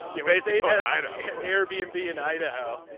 you may say air b and b in idaho.